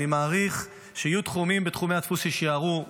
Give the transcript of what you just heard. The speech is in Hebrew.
אני מעריך שיהיו תחומים בתחומי הדפוס שיישארו לנצח,